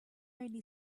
only